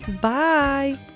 Bye